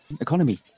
economy